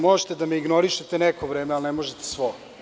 Možete da me ignorišete neko vreme, ali ne možete svo.